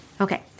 Okay